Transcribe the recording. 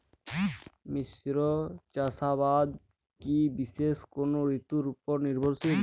মিশ্র চাষাবাদ কি বিশেষ কোনো ঋতুর ওপর নির্ভরশীল?